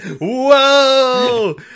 Whoa